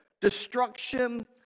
destruction